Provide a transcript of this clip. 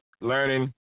Learning